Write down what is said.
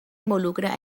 involucra